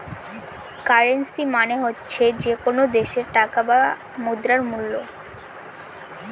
currency মানে হচ্ছে যে কোনো দেশের টাকা বা মুদ্রার মুল্য